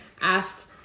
asked